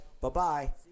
bye-bye